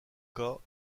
cas